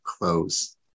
close